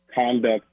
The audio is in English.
conduct